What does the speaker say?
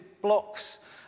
blocks